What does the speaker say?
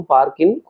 Parkin